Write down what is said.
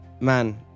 man